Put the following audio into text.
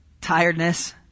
tiredness